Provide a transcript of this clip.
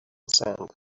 sand